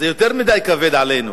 זה כבד מדי עלינו.